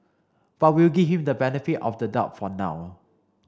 but we'll give him the benefit of the doubt for now